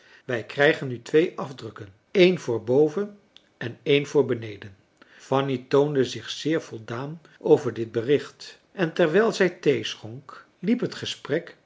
wij krijgen nu twee afdrukken een voor boven en een voor beneden fanny toonde zich zeer voldaan over dit bericht en terwijl zij thee schonk liep het gesprek